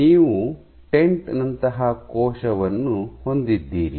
ನೀವು ಟೆಂಟ್ ನಂತಹ ಕೋಶವನ್ನು ಹೊಂದಿದ್ದೀರಿ